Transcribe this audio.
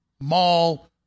mall